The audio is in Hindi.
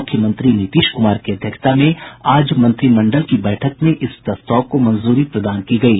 मुख्यमंत्री नीतीश क्रमार की अध्यक्षता में आज मंत्रिमंडल की बैठक में इस प्रस्ताव को मंजूरी प्रदान की गयी